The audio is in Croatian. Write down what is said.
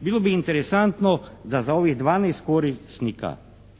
Bilo bi interesantno da za ovih 12 korisnika,